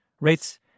Rates